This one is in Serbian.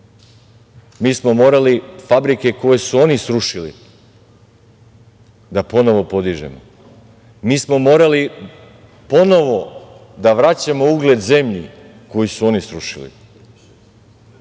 Mi smo morali fabrike koje su oni srušili da ponovo podižemo. Mi smo morali ponovo da vraćamo ugled zemlji koju su oni srušili,